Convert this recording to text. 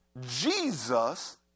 Jesus